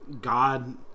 God